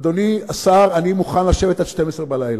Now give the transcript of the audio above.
אדוני השר, אני מוכן לשבת עד 12 בלילה,